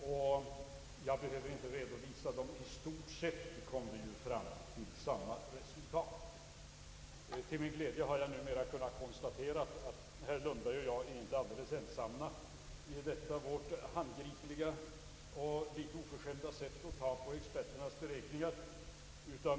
Jag behöver inte redovisa dem — i stort sett kom vi ju till samma resultat. Till min glädje har jag numera kunnat konstatera att herr Lundberg och jag inte är alldeles ensamma om att på detta handgripliga och litet oförskämda sätt behandla experternas beräkning.